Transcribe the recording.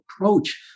approach